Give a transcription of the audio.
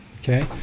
okay